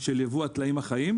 של ייבוא הטלאים החיים,